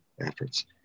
efforts